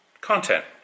content